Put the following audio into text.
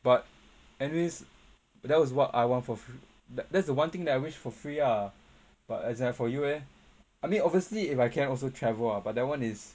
but anyways that was what I want for fre~ that's the one thing that I wish for free ah but as in like for you eh I mean obviously if I can also travel but that one is